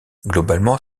globalement